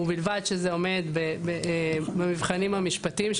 ובלבד שזה עומד במבחנים המשפטיים,